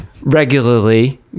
regularly